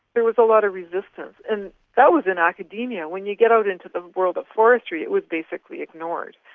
there was a lot of resistance. and that was in academia. when you get out into the world of forestry it was basically ignored.